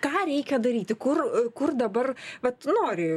ką reikia daryti kur kur dabar vat nori